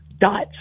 dots